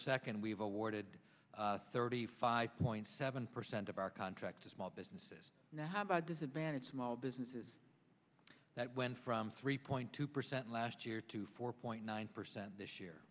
second we have awarded thirty five point seven percent of our contract to small businesses now have a disadvantage small businesses that went from three point two percent last year to four point nine percent this year